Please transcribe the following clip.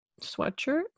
Sweatshirt